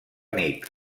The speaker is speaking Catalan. nit